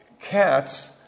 cats